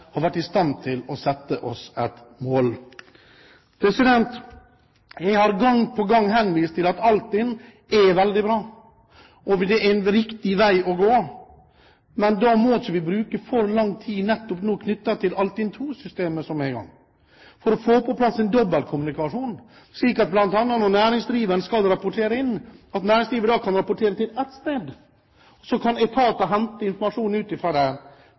har vært i stand til å sette oss et mål. Jeg har gang på gang henvist til at Altinn er veldig bra, og at det er en riktig vei å gå. Men da må vi ikke bruke for lang tid nå knyttet til Altinn II-systemet som er i gang, for å få på plass en dobbeltkommunikasjon, slik at når bl.a. næringsdriveren skal rapportere inn, kan næringslivet rapportere til ett sted, og så kan etater hente informasjon ut fra det,